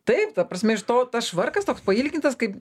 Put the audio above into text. taip ta prasme iš to tas švarkas toks pailgintas kaip